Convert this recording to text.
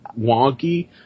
wonky